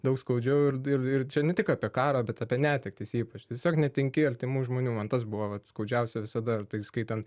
daug skaudžiau ir ir ir čia ne tik apie karą bet apie netektis ypač tiesiog netenki artimų žmonių man tas buvo vat skaudžiausia visada ar tai skaitant